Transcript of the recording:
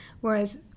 whereas